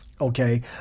okay